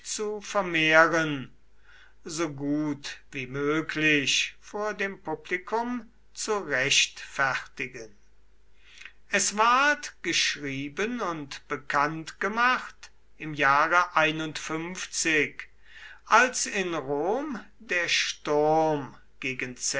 zu vermehren so gut wie möglich vor dem publikum zu rechtfertigen es ward geschrieben und bekannt gemacht im jahre als in rom der sturm gegen